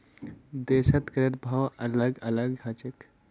देशत करेर भाव अलग अलग ह छेक